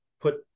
put